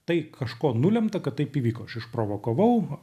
tai kažko nulemta kad taip įvyko aš išprovokavau